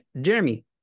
jeremy